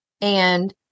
And-